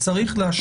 אין